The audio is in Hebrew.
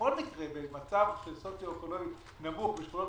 בכל מקרה במצב סוציו-אקונומי נמוך בשכונות